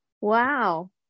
Wow